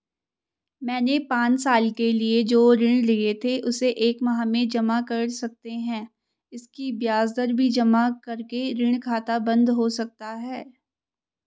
मैंने पांच साल के लिए जो ऋण लिए थे उसे एक माह में जमा कर सकते हैं इसकी ब्याज दर भी जमा करके ऋण खाता बन्द हो सकता है?